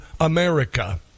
America